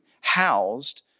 housed